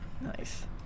nice